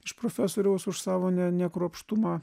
iš profesoriaus už savo ne nekruopštumą